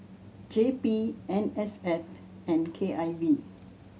J P N S F and K I V